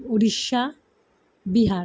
Orissa Bihar